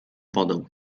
wodę